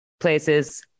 places